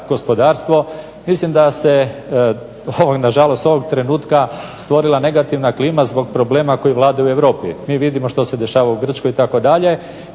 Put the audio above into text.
gospodarstvo mislim da se ovo je na žalost ovog trenutka stvorila negativna klima zbog problema koji vlada u Europi. Mi vidimo što se dešava u Grčkoj itd.